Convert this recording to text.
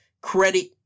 credit